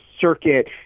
circuit